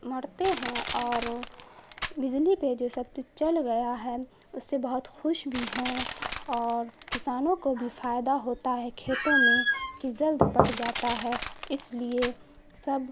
مرتے ہیں اور بجلی پہ جو سب چل گیا ہے اس سے بہت خوش بھی ہیں اور کسانوں کو بھی فائدہ ہوتا ہے کھیتوں میں کہ زلد پٹ جاتا ہے اس لیے سب